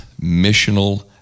missional